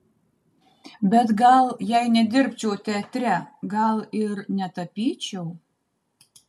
bet gal jei nedirbčiau teatre gal ir netapyčiau